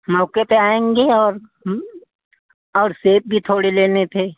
मुके ते आएँगी और और सेब भी थोड़े लेने थे